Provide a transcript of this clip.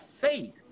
faith